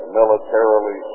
militarily